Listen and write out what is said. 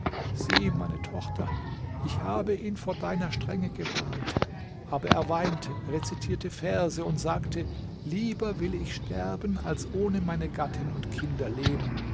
meine tochter ich habe ihn vor deiner strenge gewarnt aber er weinte rezitierte verse und sagte lieber will ich sterben als ohne meine gattin und kinder leben